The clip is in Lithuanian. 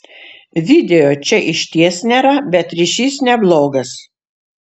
video čia išties nėra bet ryšys neblogas